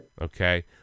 Okay